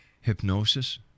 hypnosis